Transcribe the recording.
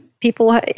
people